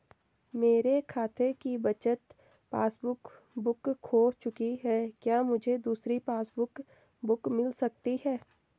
मेरे खाते की बचत पासबुक बुक खो चुकी है क्या मुझे दूसरी पासबुक बुक मिल सकती है?